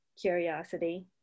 curiosity